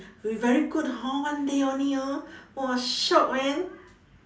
we very good hor one day only orh !wah! shiok man